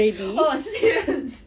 oh serious